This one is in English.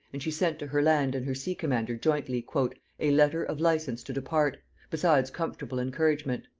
and she sent to her land and her sea commander jointly a letter of license to depart besides comfortable encouragement.